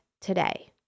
today